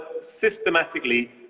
systematically